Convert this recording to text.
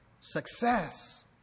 success